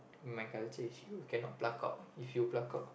in my culture is you cannot pluck out if you pluck out